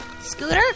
Scooter